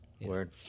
Word